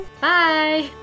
Bye